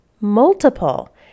multiple